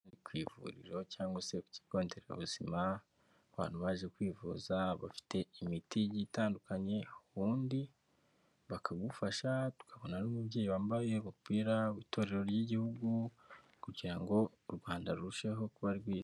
Ku ivuriro cyangwa se ikigo nderabuzima, abantu baje kwivuza, bafite imiti igiye itandukanye, ubundi bakagufasha tukabona n'umubyeyi wambaye umupira w'itorero ry'igihugu, kugira ngo u Rwanda rurusheho kuba rwiza.